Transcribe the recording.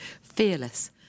fearless